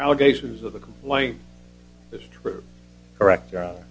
allegations of the complaint this is true correct or